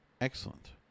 Excellent